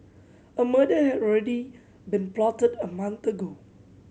a murder had already been plotted a month ago